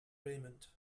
raymond